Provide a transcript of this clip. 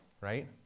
right